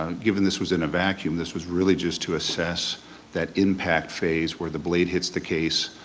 ah given this was in a vacuum, this was really just to assess that impact phase where the blade hits the case,